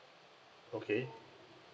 okay